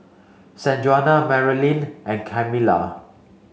Sanjuana Marylyn and Kamilah